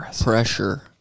Pressure